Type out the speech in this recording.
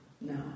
No